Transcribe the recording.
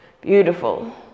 Beautiful